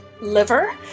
Liver